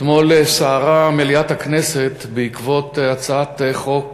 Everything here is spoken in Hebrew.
אתמול סערה מליאת הכנסת בעקבות הבאת הצעת חוק